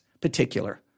particular